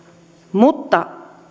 mutta